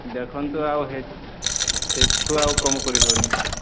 ଦେଖନ୍ତୁ ଆଉ ସେଠୁ ଆଉ କମ କରିହେବନି